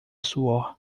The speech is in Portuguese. suor